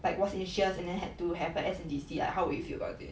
like watch ignatius and then had to have a S_N_D_C like how would you feel about it